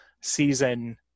season